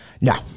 No